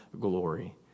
glory